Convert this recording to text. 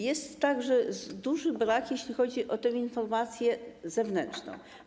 Jest także duży brak, jeśli chodzi o informację zewnętrzną.